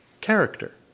character